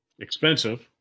Expensive